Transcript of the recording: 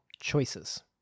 choices